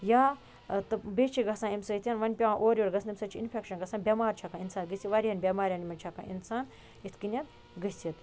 یا تہٕ بیٚیہِ چھِ گژھان اَمہِ سۭتۍ وۄنۍ پٮ۪وان اورٕ یورٕ گژھُن اَمہِ سۭتۍ چھِ اِنفٮ۪کشَن گژھان بٮ۪مارِ چھےٚ ہٮ۪کان اِنسانَس گٔژھِتھ واریاہَن بٮ۪مارَن منٛز چھِ ہٮ۪کان اِنسان یِتھ کٔنٮ۪تھ گٔژھِتھ